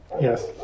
Yes